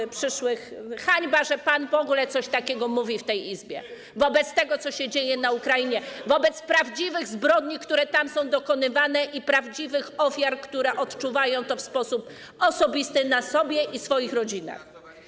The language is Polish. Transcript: To hańba, że pan w ogóle coś takiego mówi w tej Izbie wobec tego, co się dzieje w Ukrainie, wobec prawdziwych zbrodni, które są tam dokonywane, i prawdziwych ofiar, które odczuwają to osobiście na sobie i swoich rodzinach.